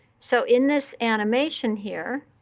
so in this animation here,